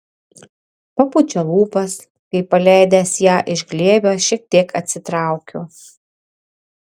papučia lūpas kai paleidęs ją iš glėbio šiek tiek atsitraukiu